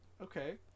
Okay